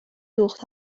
دوخت